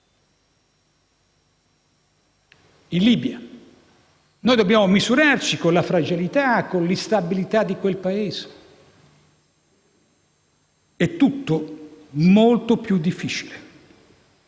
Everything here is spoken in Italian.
In Libia dobbiamo misurarci con la fragilità e l'instabilità del Paese, ed è tutto molto più difficile.